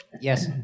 Yes